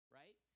right